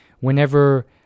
Whenever